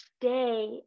stay